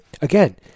again